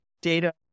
data